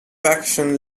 faction